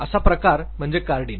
असा प्रकार म्हणजे कार्डिनल